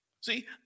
See